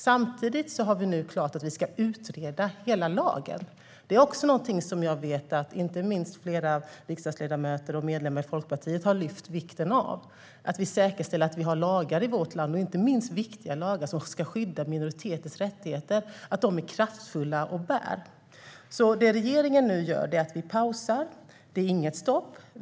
Samtidigt är det bestämt att vi ska utreda hela lagen. Jag vet att flera riksdagsledamöter och medlemmar i Folkpartiet har lyft upp vikten av att inte minst lagar som ska skydda minoriteters rättigheter är kraftfulla och bär. Regeringen pausar. Det är inget stopp.